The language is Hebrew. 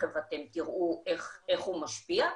שתיכף אתם תראו איך הוא משפיע,